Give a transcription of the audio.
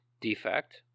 defect